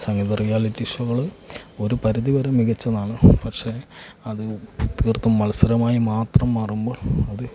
സംഗീത reality ഷോകള് ഒരു പരിധി വരെ മികച്ചതാണ് പക്ഷേ അത് തീർത്തും മത്സരമായി മാത്രം മാറുമ്പോൾ അത്